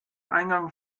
eingangs